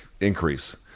increase